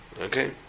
Okay